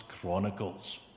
Chronicles